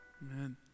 Man